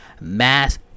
mass